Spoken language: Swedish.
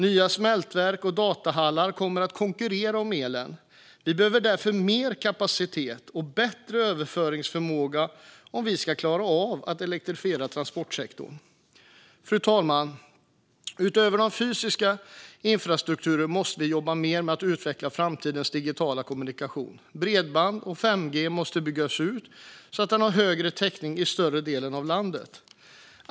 Nya smältverk och datahallar kommer att konkurrera om elen. Vi behöver därför mer kapacitet och bättre överföringsförmåga om vi ska klara av att elektrifiera transportsektorn. Fru talman! Utöver den fysiska infrastrukturen måste vi jobba mer med att utveckla framtidens digitala kommunikationer. Bredband och 5G måste byggas ut så att det har en hög täckning i större delen av landet.